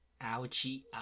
Ouchie